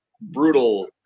brutal